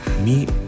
meet